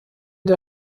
der